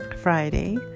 Friday